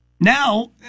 Now